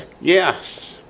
Yes